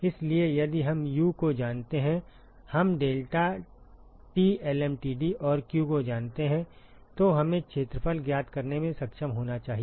इसलिए यदि हम U को जानते हैं हम डेल्टा deltaT lmtd और q को जानते हैं तो हमें क्षेत्रफल ज्ञात करने में सक्षम होना चाहिए